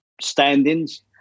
standings